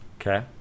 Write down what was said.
Okay